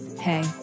hey